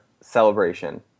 celebration